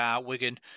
Wigan